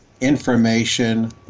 information